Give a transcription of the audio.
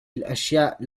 الأشياء